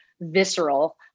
visceral